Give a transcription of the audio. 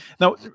now